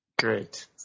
Great